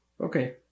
Okay